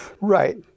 right